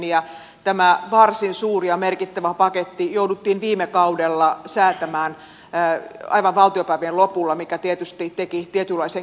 tämä varsin suuri ja merkittävä paketti jouduttiin viime kaudella säätämään aivan valtiopäivien lopulla mikä tietysti teki tietynlaisen kiireen siihen